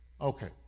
Okay